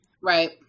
Right